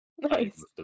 Nice